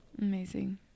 amazing